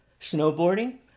snowboarding